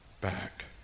back